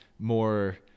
more